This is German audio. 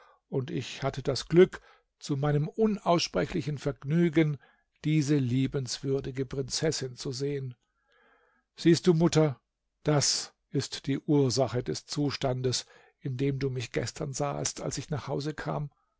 und ich hatte das glück zu meinem unaussprechlichen vergnügen diese liebenswürdige prinzessin zu sehen siehst du mutter das ist die ursache des zustandes in dem du mich gestern sahest als ich nach hause kam